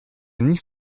nicht